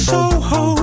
Soho